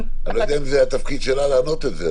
אני לא יודע אם זה התפקיד שלה לענות על זה,